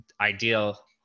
ideal